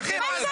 מה זה עניינך?